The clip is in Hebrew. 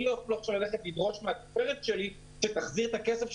אני לא יכול עכשיו לדרוש מהתופרת שלי להחזיר את כספי